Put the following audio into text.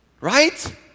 Right